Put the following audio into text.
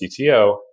CTO